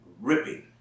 ripping